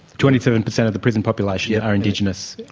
twenty seven percent of the prison population yeah are indigenous,